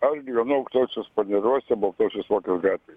aš gyvenu aukštuosiuos paneriuose baltosios vokės gatvėj